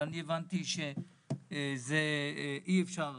אני הבנתי שאי אפשר